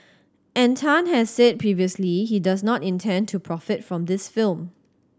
and Tan has said previously he does not intend to profit from this film